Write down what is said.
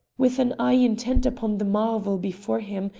with an eye intent upon the marvel before him,